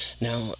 Now